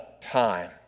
time